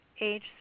age